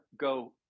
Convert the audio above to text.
go